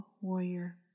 warrior